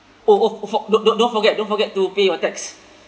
oh oh oh don't don't don't forget don't forget to pay your tax